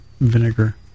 vinegar